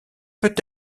peut